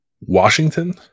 Washington